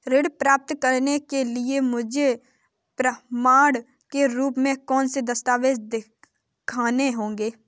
ऋण प्राप्त करने के लिए मुझे प्रमाण के रूप में कौन से दस्तावेज़ दिखाने होंगे?